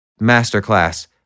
masterclass